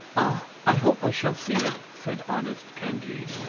ah! i hope i shall see it, said honest candide.